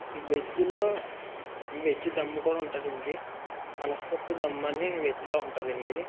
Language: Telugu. వెజ్లో వెజ్ ధమ్ కూడా ఉంటుందండి పనసపొట్టు ధమ్ అని వెజ్లో ఉంటుందండి